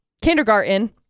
kindergarten